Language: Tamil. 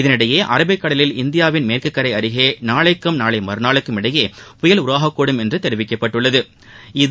இதளிடையே அரபிக்கடலில் இந்தியாவின் மேற்குகரைஅருகேநாளைக்கும் நாளைமறுநாளுக்கும் இடையே புயல் உருவாகக்கூடும் என்றுதெரிவிக்கப்பட்டுள்ளது